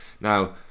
now